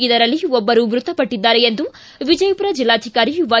ಇದರಲ್ಲಿ ಒಬ್ಬರು ಮೃತಪಟ್ಟದ್ದಾರೆ ಎಂದು ವಿಜಯಪುರ ಜೆಲ್ಲಾಧಿಕಾರಿ ವೈ